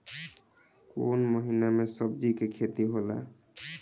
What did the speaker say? कोउन महीना में सब्जि के खेती होला?